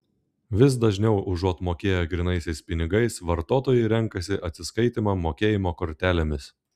vis dažniau užuot mokėję grynaisiais pinigais vartotojai renkasi atsiskaitymą mokėjimo kortelėmis